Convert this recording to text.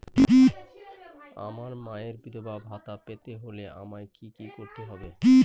আমার মায়ের বিধবা ভাতা পেতে হলে আমায় কি কি করতে হবে?